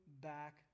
back